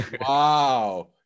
Wow